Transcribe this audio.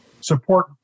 support